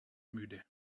müde